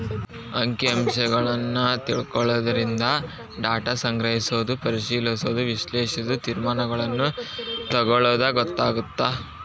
ಅಂಕಿ ಅಂಶಗಳನ್ನ ತಿಳ್ಕೊಳ್ಳೊದರಿಂದ ಡಾಟಾ ಸಂಗ್ರಹಿಸೋದು ಪರಿಶಿಲಿಸೋದ ವಿಶ್ಲೇಷಿಸೋದು ತೇರ್ಮಾನಗಳನ್ನ ತೆಗೊಳ್ಳೋದು ಗೊತ್ತಾಗತ್ತ